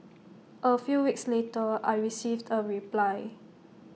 A few weeks later I received A reply